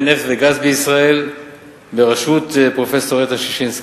נפט וגז בישראל בראשות פרופסור איתן ששינסקי.